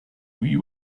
you